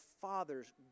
Father's